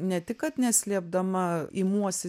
ne tik kad neslėpdama imuosi